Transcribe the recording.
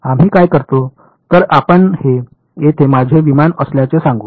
तर आपण हे येथे माझे विमान असल्याचे सांगू